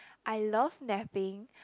I love napping